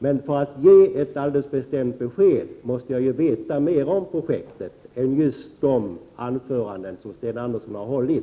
För att kunna ge ett bestämt besked måste jag veta mer om projektet än det som Sten Andersson har sagt i sina anföranden.